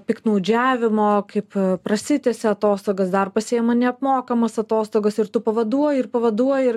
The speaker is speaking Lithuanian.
piktnaudžiavimo kaip prasitęsė atostogas dar pasiima neapmokamas atostogas ir tu pavaduoji ir pavaduoji ir